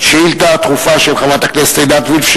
שאילתא דחופה של חברת הכנסת עינת וילף,